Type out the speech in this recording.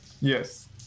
Yes